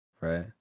right